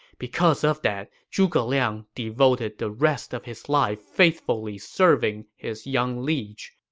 because of that, zhuge liang devoted the rest of his life faithfully serving his young liege.